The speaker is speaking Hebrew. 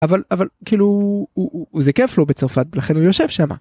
אבל, אבל, כאילו זה כיף לו בצרפת לכן הוא יושב שם.